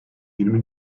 yirmi